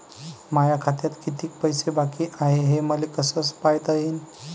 माया खात्यात कितीक पैसे बाकी हाय हे मले कस पायता येईन?